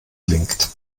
klingt